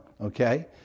okay